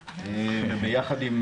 יש לנו עתיד.